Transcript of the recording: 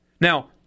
Now